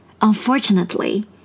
Unfortunately